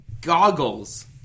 Goggles